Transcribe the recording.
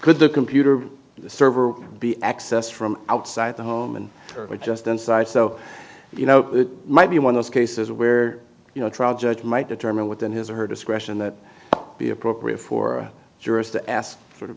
good the computer the server be accessed from outside the home and or just inside so you know it might be one of those cases where you know a trial judge might determine within his her discretion that it be appropriate for jurors to ask sor